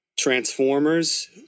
transformers